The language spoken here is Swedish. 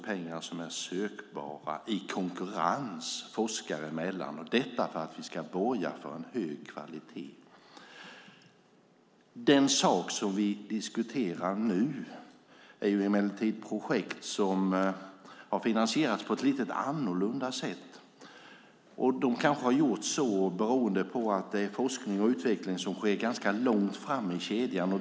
Pengarna söks i konkurrens forskare emellan, och detta ska borga för hög kvalitet. Det vi nu diskuterar är emellertid projekt som har finansierats på ett lite annorlunda sätt, kanske för att det är forskning och utveckling som sker ganska långt fram i kedjan.